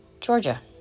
Georgia